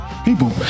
people